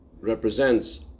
represents